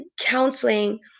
counseling